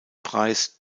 preis